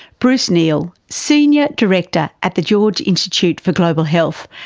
bruce neal, senior director at the george institute for global health,